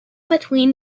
between